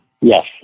Yes